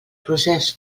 procés